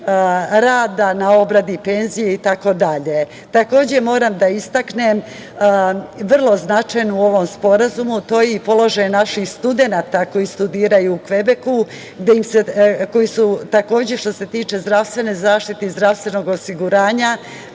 rada na obradi penzije, itd. Takođe, moram da istaknem, vrlo značajno u ovom sporazumu, to je položaj i naših studenata koji studiraju u Kvebeku, kojima se takođe što se tiče zdravstvene zaštite i zdravstvenog osiguranja